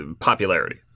popularity